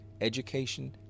education